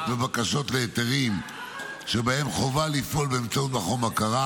בבקשות להיתרים שבהן חובה לפעול באמצעות מכון בקרה,